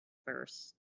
first